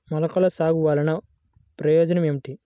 మొలకల సాగు వలన ప్రయోజనం ఏమిటీ?